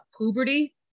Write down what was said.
puberty